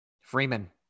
Freeman